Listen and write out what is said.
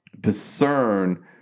discern